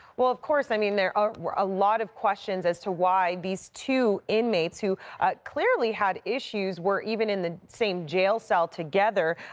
well, of course, i mean, there ah were a lot of questions as to why these two inmates who clearly had issues were even in the same jail cell together.